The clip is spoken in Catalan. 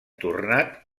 tornat